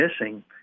missing